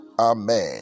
Amen